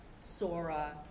Sora